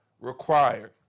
required